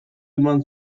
eman